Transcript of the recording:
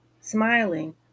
Smiling